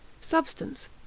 Substance